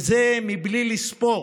זה מבלי לספור